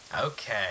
Okay